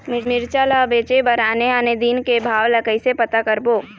मिरचा ला बेचे बर आने आने दिन के भाव ला कइसे पता करबो?